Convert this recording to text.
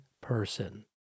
person